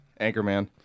Anchorman